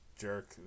jerk